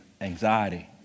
anxiety